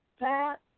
Pat